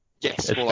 yes